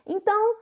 Então